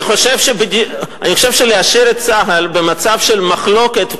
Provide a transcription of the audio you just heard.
אני חושב שלהשאיר את צה"ל במצב של מחלוקת,